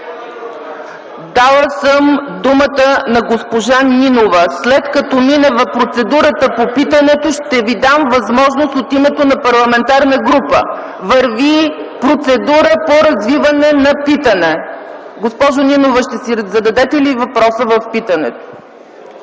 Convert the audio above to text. Дала съм думата на госпожа Нинова. След като мине процедурата по питането, ще Ви дам възможност от името на парламентарна група. Върви процедура по развиване на питане. Госпожо Нинова, ще зададете ли въпроса си в питането?